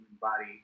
body